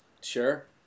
Sure